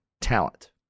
talent